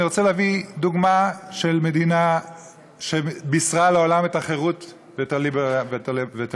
אני רוצה להביא דוגמה של מדינה שבישרה לעולם את החירות ואת הליברליזם,